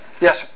Yes